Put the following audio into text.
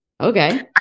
Okay